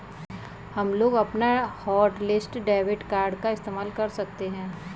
हमलोग अपना hotlist debit card का इस्तेमाल कर सकते हैं